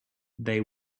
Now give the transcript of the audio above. they